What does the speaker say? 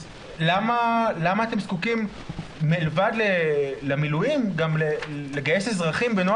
למה אתם זקוקים מלבד מילואים גם לגייס אזרחים בנוהל